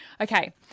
Okay